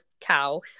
cow